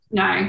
no